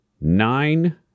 nine